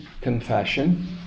Confession